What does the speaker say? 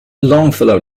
longfellow